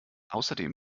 außerdem